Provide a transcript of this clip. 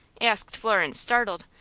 asked florence, startled,